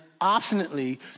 obstinately